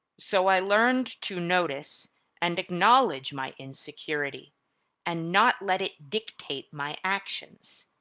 so i learned to notice and acknowledge my insecurity and not let it dictate my actions.